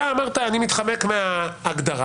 אתה אמרת: אני מתחמק מההגדרה,